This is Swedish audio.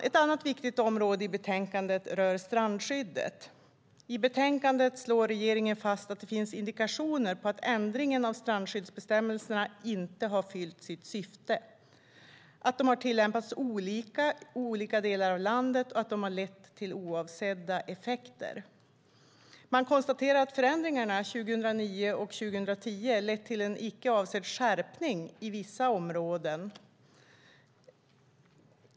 Ett annat viktigt område i betänkandet rör strandskyddet. I betänkandet slår regeringen fast att det finns indikationer på att ändringen av strandskyddsbestämmelserna inte har fyllt sitt syfte, att bestämmelserna har tillämpats olika i olika delar av landet och att de har lett till oavsedda effekter. Man konstaterar att förändringarna 2009 och 2010 lett till en icke avsedd skärpning i vissa områden.